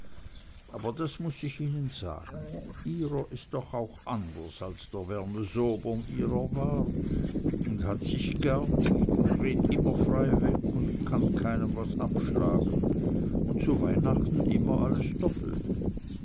aber das muß ich ihnen sagen ihrer is doch auch anders als der vernezobern ihrer war und hat sich gar nich un red't immer frei weg un kann keinen was abschlagen un zu weihnachten immer alles doppelt